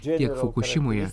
tiek fukušimoje